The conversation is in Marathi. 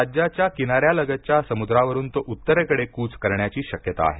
राज्याच्या किनाऱ्यालगतच्या समुद्रावरून तो उत्तरेकडे कूच करण्याची शक्यता आहे